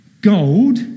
gold